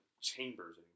chambers